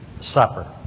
supper